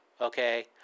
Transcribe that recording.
Okay